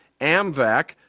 AMVAC